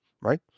right